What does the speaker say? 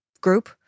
group